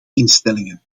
instellingen